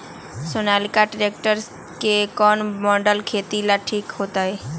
Sonalika tractor के कौन model खेती ला ठीक होतै?